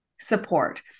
support